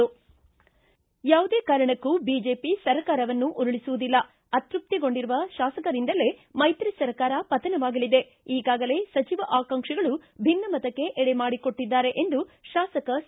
ಯಾವುದೇ ಕಾರಣಕ್ಕೂ ಬಿಜೆಪಿ ಸರ್ಕಾರವನ್ನು ಉರುಳಿಸುವುದಿಲ್ಲ ಅತ್ಯಪ್ತಿಗೊಂಡಿರುವ ಶಾಸಕರಿಂದಲೇ ಮೈತ್ರಿ ಸರ್ಕಾರ ಪತನವಾಗಲಿದೆ ಈಗಾಗಲೇ ಸಚಿವ ಆಕಾಂಕ್ಷಿಗಳು ಭಿನ್ನಮತಕ್ಕೆ ಎಡೆ ಮಾಡಿಕೊಟ್ಟದ್ದಾರೆ ಎಂದು ಶಾಸಕ ಸಿ